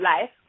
life